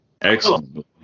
excellent